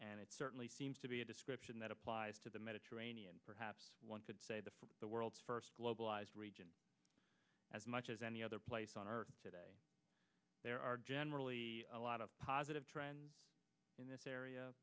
and it certainly seems to be a description that applies to the mediterranean perhaps one could say the from the world's first globalized region as much as any other place on earth today there are generally a lot of positive trends in this area